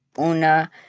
una